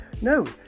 No